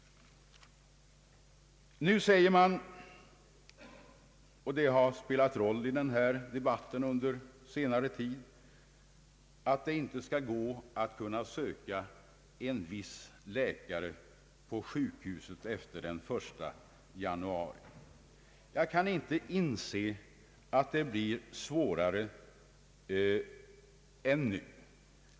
Nu säger man — och det har spelat en viss roll i den allmänna debatten under senare tid — att det inte skulle vara möjligt att söka en viss läkare på sjukhusen efter den 1 januari. Jag kan inte inse att detta blir svårare än det är nu.